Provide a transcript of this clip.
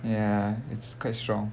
ya it's quite strong